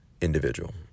individual